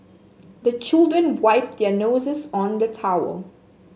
the children wipe their noses on the towel